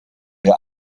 der